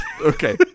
Okay